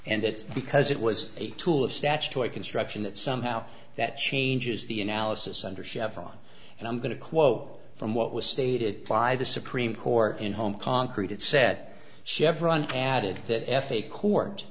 and that's because it was a tool of statutory construction that somehow that changes the analysis under chevron and i'm going to quote from what was stated by the supreme court in home concreted said chevron added that f a court